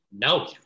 No